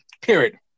Period